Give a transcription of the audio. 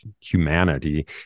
humanity